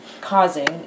causing